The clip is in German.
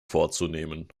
vorzunehmen